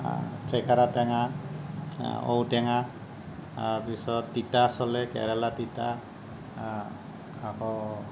ঠেকেৰা টেঙা ঔটেঙা তাৰপিছত তিতা চলে কেৰেলা তিতা আকৌ